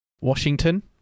Washington